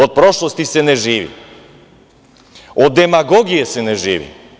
Od prošlosti se ne živi, od demagogije se ne živi.